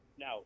now